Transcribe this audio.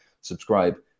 subscribe